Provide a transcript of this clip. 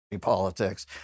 politics